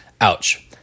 Ouch